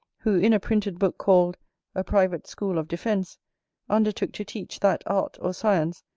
who in a printed book called a private school of defence undertook to teach that art or science,